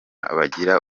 bagira